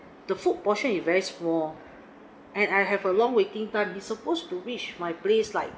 the food portion is very small and I have a long waiting time he's supposed to reach my place like